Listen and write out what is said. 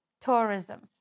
tourism